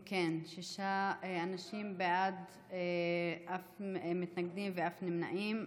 אם כן, שישה אנשים בעד, אין מתנגדים ואין נמנעים.